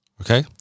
Okay